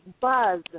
Buzz